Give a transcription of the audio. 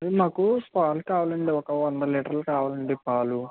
మాకు పాలు కావాలి అండి ఒక వంద లీటర్ లు కావాలి అండి పాలు